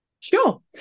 sure